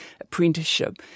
apprenticeship